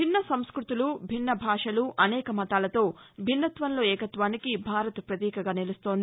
భిన్న సంస్కృతులు భిన్న భాషలు అనేక మతాలతో భిన్నత్వంలో ఏకత్వానికి భారత్ పతీకగా నిలుస్తోంది